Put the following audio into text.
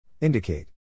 Indicate